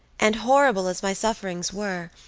and, horrible as my sufferings were,